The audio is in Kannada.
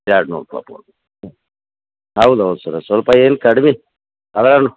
ಎರಡು ನೂರು ರೂಪಾಯ್ಗೆ ಹೌದು ಹೌದು ಸರ್ ಸ್ವಲ್ಪ ಏನು ಕಡ್ಮೆ ಅದ್ರಲ್ಲಿ